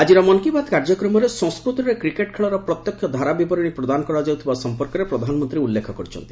ଆଜିର ମନ କି ବାତ କାର୍ଯ୍ୟକ୍ରମରେ ସଂସ୍କୃତରେ କ୍ରିକେଟ ଖେଳର ପ୍ରତ୍ୟକ୍ଷ ଧାରାବିବରଣୀ ପ୍ରଦାନ କରାଯାଉଥିବା ସଂପର୍କରେ ପ୍ରଧାନମନ୍ତ୍ରୀ ଉଲ୍ଲ୍ରେଖ କରିଛନ୍ତି